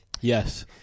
yes